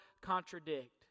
contradict